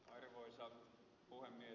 arvoisa puhemies